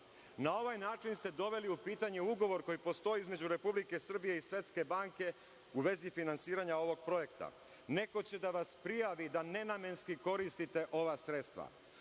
Na ovaj način ste doveli u pitanje ugovor koji postoji između Republike Srbije i Svetske banke u vezi finansiranja ovog projekta. Neko će da vas prijavi da nenamenski koristite ova sredstva. Ova